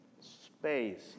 space